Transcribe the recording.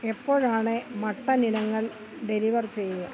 എപ്പോഴാണ് മട്ടൻ ഇനങ്ങൾ ഡെലിവർ ചെയ്യുക